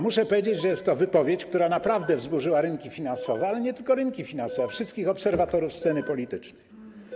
Muszę powiedzieć, że jest to wypowiedź, która naprawdę wzburzyła rynki finansowe, ale nie tylko rynki finansowe - wszystkich obserwatorów sceny politycznej.